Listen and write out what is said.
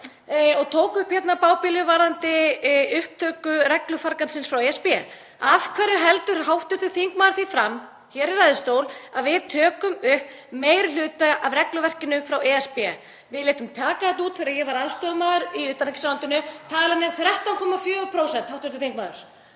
og tók upp bábilju varðandi upptöku reglufargansins frá ESB. Af hverju heldur hv. þingmaður því fram hér í ræðustól að við tökum upp meiri hluta af regluverkinu frá ESB? Við létum taka þetta út þegar ég var aðstoðarmaður í utanríkisráðuneytinu. Talan er 13,4%, hv. þingmaður.